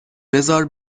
بذار